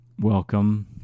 Welcome